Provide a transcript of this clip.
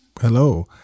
hello